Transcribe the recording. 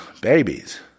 babies